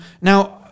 now